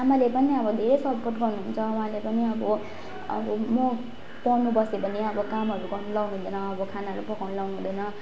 आमाले पनि अब धेरै सपोर्ट गर्नुहुन्छ उहाँले पनि अब अब म पढ्नु बसेँ भने अब कामहरू गर्नु लाउनु हुँदैन खानाहरू पकाउनु लाउनु हुँदैन